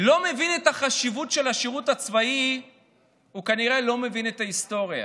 לא מבין את החשיבות של השירות הצבאי כנראה לא מבין את ההיסטוריה,